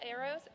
arrows